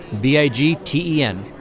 B-I-G-T-E-N